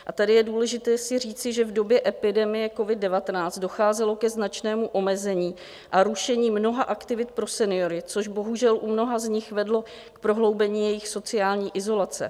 A tady je důležité si říci, že v době epidemie covid19 docházelo ke značnému omezení a rušení mnoha aktivit pro seniory, což bohužel u mnoha z nich vedlo k prohloubení jejich sociální izolace.